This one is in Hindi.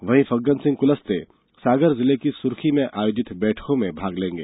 वहीं फग्गनसिंह कुलस्ते सागर जिले की सुरखी में आयोजित बैठकों में भाग लेंगे